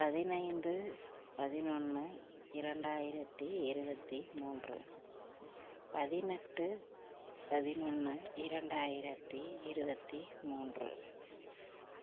பதினைந்து பதினொன்று இரண்டாயிரத்தி இருபத்தி மூன்று பதினெட்டு பதினொன்று இரண்டாயிரத்தி இருபத்தி மூன்று